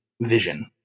vision